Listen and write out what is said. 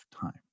time